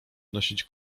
nosić